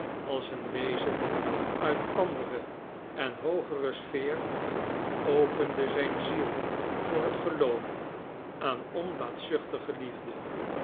als een wezen uit andere en hoogere sfeer opende zijn ziel voor het geloof aan onbaatzuchtige liefde